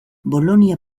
bolonia